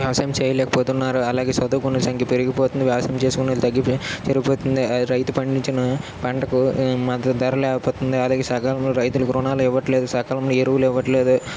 వ్యవసాయము చేయలేకపోతున్నారు అలాగే చదువుకునే సంఖ్య పెరిగిపోతుంది వ్యవసాయం చేసుకుని తగ్గిపోయి సరిపోతుంది అలాగే రైతు పండించిన పంటకు మద్దతు ధర లేకపోతుంది అలాగే సకాలంలో రైతులకి రుణాలు ఇవ్వట్లేదు సకాలంలో ఎరువులు ఇవ్వట్లేదు